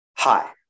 Hi